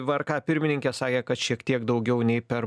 vrk pirmininkė sakė kad šiek tiek daugiau nei per